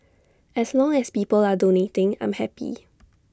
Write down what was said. as long as people are donating I'm happy